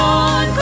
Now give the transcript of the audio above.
on